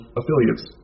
affiliates